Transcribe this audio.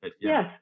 Yes